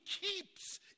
keeps